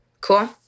Cool